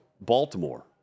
Baltimore